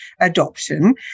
adoption